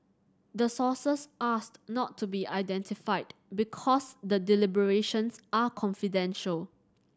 the sources asked not to be identified because the deliberations are confidential